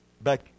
Back